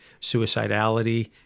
suicidality